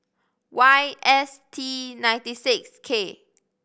Y S T ninety six K